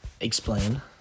Explain